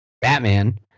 batman